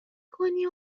کنی